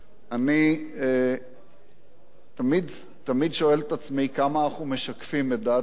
אני תמיד שואל את עצמי כמה אנחנו משקפים את דעת הציבור.